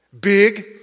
big